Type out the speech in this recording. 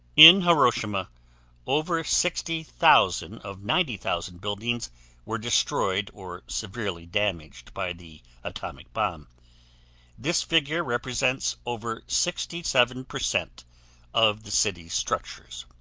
in hiroshima over sixty thousand of ninety thousand buildings were destroyed or severely damaged by the atomic bomb this figure represents over sixty seven percent of the city's structures.